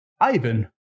ivan